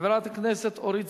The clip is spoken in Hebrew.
חבר הכנסת עתניאל שנלר, איננו.